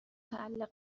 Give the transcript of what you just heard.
متعلق